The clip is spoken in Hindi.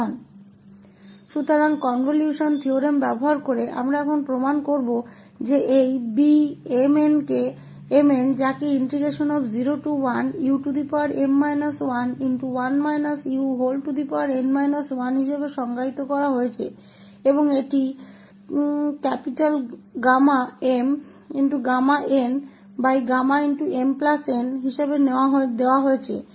इसलिए कनवल्शन प्रमेय का उपयोग करके अब हम यह साबित करेंगे कि यह Β𝑚 𝑛 जिसे 01um 1n 1duके रूप में परिभाषित किया गया है और इसे mn के रूप में दिया गया है